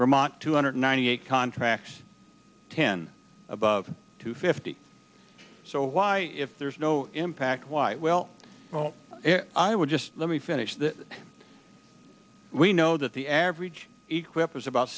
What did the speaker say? vermont two hundred ninety eight contracts ten above two fifty so why if there is no impact why well well i would just let me finish that we know that the average eclipse is about